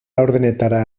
laurdenetara